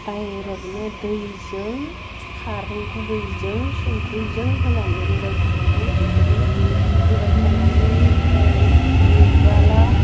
डाइरेकनो दैजों खारै गुबैजों संख्रैजों होनानै रुबाय थानांगौ बेखौबो रुबाय थानानै आमफ्राइ रुइबाला